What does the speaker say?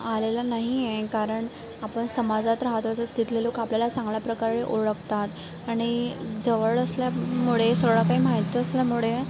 आलेला नाही आहे कारण आपण समाजात राहतो तर तिथले लोकं आपल्याला चांगल्या प्रकारे ओळखतात आणि जवळ असल्यामुळे सगळं काही माहिती असल्यामुळे